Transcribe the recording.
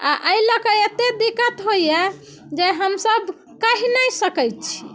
आ एहि लऽ के एतेक दिक्कत होइया जे हमसब कहि नहि सकैत छी